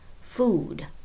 food